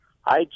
Hi